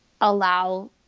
allow